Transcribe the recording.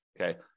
Okay